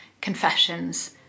confessions